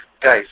Guys